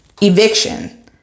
eviction